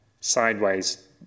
sideways